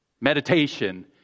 meditation